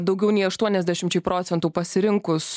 daugiau nei aštuoniasdešimčiai procentų pasirinkus